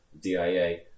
DIA